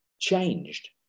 changed